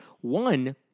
One